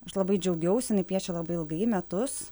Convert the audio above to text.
aš labai džiaugiausi inai nupiešė labai ilgai metus